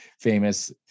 famous